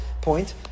point